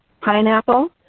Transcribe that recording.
pineapple